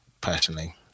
personally